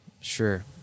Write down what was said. sure